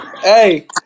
Hey